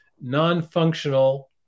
non-functional